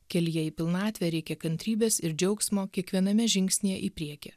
kelyje į pilnatvę reikia kantrybės ir džiaugsmo kiekviename žingsnyje į priekį